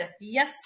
Yes